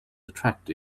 attract